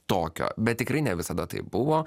tokio bet tikrai ne visada taip buvo